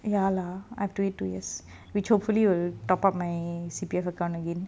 ya lah I have twenty two years which hopefully will top up my C_P_F account again